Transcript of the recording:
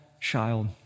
child